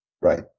Right